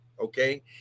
Okay